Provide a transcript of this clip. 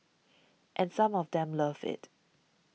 and some of them love it